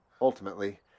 Ultimately